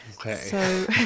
Okay